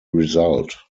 result